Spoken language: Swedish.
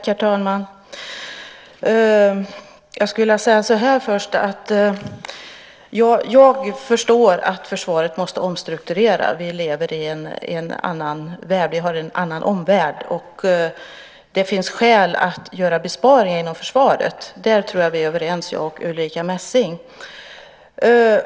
Herr talman! Jag vill först säga att jag förstår att försvaret måste omstruktureras. Vi har en annan omvärld, och det finns skäl att göra besparingar inom försvaret. Där tror jag att vi är överens, jag och Ulrica Messing.